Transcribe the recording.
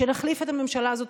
כשנחליף את הממשלה הזאת,